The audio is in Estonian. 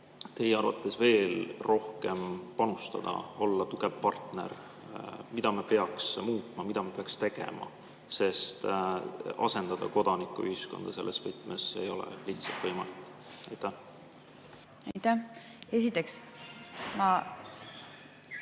teie arvates veel rohkem panustada, olla tugev partner? Mida me peaks muutma? Mida me peaks tegema? Asendada kodanikuühiskonda selles võtmes ei ole lihtsalt võimalik. Aitäh,